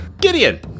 Gideon